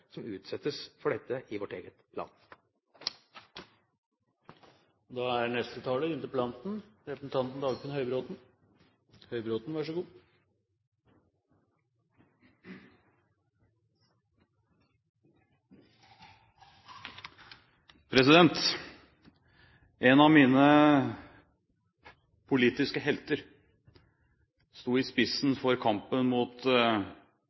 som utsettes for dette i vårt eget land. En av mine politiske helter sto i spissen for kampen mot